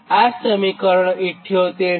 આ સમીકરણ 78 છે